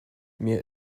mir